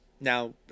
now